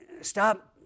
Stop